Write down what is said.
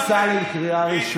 בן גביר, לא היה ניתן.